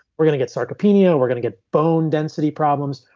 we're going to get sarcopenia. we're going to get bone density problems.